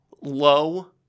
Low